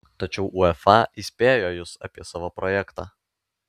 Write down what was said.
tačiau uefa įspėjo jus apie savo projektą